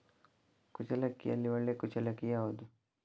ಕುಚ್ಚಲಕ್ಕಿಯಲ್ಲಿ ಒಳ್ಳೆ ಕುಚ್ಚಲಕ್ಕಿ ಯಾವುದು?